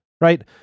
right